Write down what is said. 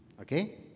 Okay